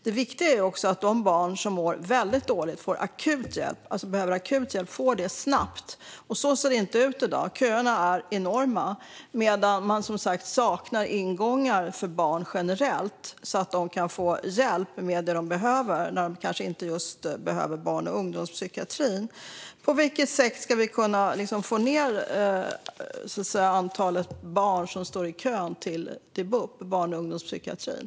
Det viktiga är också att de barn som mår väldigt dåligt och behöver akut hjälp får det snabbt. Så ser det inte ut i dag - köerna är enormt långa, och man saknar ingångar för barn generellt så att de kan få hjälp med det de behöver när de inte behöver just barn och ungdomspsykiatrin. På vilket sätt ska vi kunna få ned antalet barn som står i kön till bup, barn och ungdomspsykiatrin?